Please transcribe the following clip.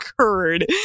occurred